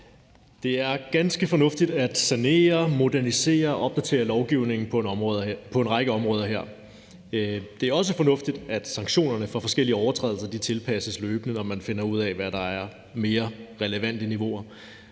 Det er ganske fornuftigt at sanere, modernisere og opdatere lovgivningen på en række områder her. Det er også fornuftigt, at sanktionerne for de forskellige overtrædelser løbende tilpasses, når man finder ud af, hvad der er mere relevante niveauer,